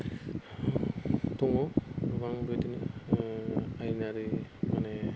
दङ गोबां बिदिनो आयेनारि माने